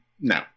no